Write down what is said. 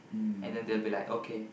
and then they will be like okay